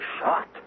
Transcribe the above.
Shot